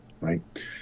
right